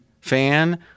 fan